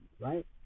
right